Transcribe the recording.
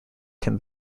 can